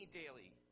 daily